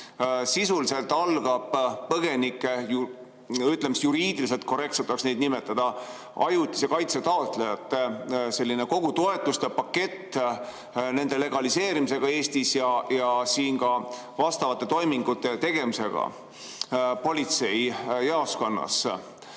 Sisuliselt algab põgenike – ütleme siis, juriidiliselt korrektselt peaks neid nimetama ajutise kaitse taotlejateks – selline kogu toetuste pakett nende legaliseerimisega Eestis ja siin ka vastavate toimingute tegemisega politseijaoskonnas.